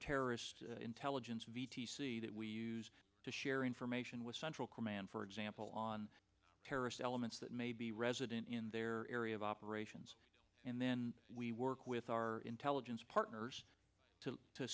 terrorist intelligence that we use to share information with central command for example on terrorist elements that may be resident in their area of operations and then we work with our intelligence partners to